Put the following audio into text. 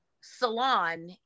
salon